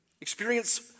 experience